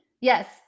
Yes